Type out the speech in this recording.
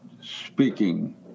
speaking